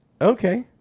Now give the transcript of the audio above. Okay